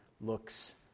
looks